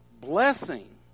blessing